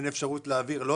אין אפשרות להעביר רכבים,